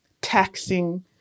taxing